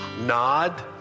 nod